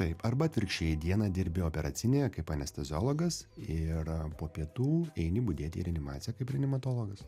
taip arba atvirkščiai dieną dirbi operacinėje kaip anesteziologas ir po pietų eini budėti į reanimaciją kaip reanimatologas